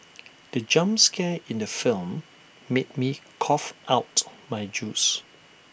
the jump scare in the film made me cough out my juice